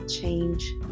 change